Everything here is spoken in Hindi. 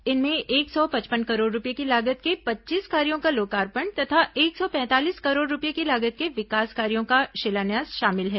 इनमें एक सौ पचपन करोड़ रूपये की लागत के पच्चीस कार्यो का लोकार्पण तथा एक सौ पैंतालीस करोड़ रूपये की लागत के विकास कार्यो का शिलान्यास शामिल है